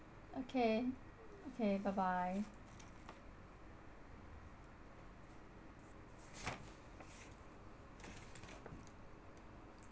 okay okay bye bye